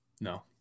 No